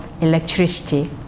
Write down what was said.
electricity